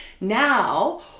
Now